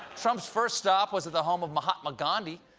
trump's first stop was at the home of mahatma gandhi,